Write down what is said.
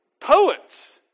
poets